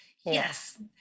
yes